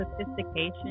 sophistication